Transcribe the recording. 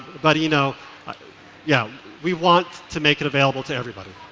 but you know but yeah we want to make it available to everybody.